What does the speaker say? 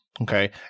Okay